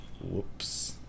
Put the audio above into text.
Whoops